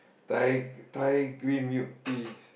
Thai Thai Green Milk Tea